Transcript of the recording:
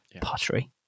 pottery